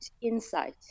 insight